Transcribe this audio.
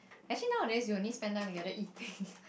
actually nowadays we only spend time together eating